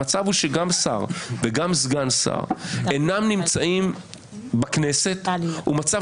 המצב הוא שגם שר וגם סגן שר אינם נמצאים בכנסת הוא מצב